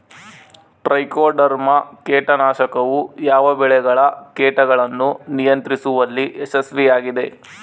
Trichoderma ಕೇಟನಾಶಕವು ಯಾವ ಬೆಳೆಗಳ ಕೇಟಗಳನ್ನು ನಿಯಂತ್ರಿಸುವಲ್ಲಿ ಯಶಸ್ವಿಯಾಗಿದೆ?